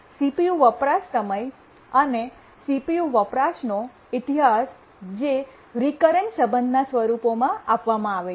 CPU વપરાશ સમય અને CPU વપરાશનો ઇતિહાસ જે રિકરન્સ સંબંધના સ્વરૂપોમાં આપવામાં આવે છે